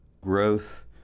growth